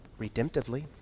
redemptively